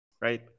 Right